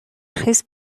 خیس